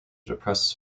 depressed